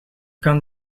kan